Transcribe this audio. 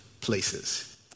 places